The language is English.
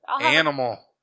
Animal